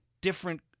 different